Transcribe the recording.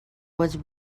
was